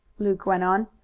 luke went on,